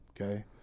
Okay